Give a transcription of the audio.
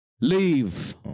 Leave